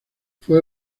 fue